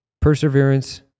perseverance